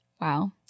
Wow